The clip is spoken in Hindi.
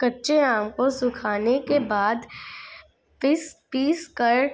कच्चे आम को सुखाने के बाद पीसकर